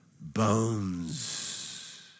bones